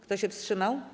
Kto się wstrzymał?